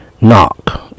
Knock